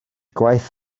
gwaith